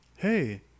Hey